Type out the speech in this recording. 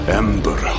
ember